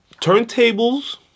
turntables